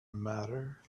matter